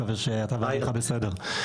מקווה שאתה בסדר.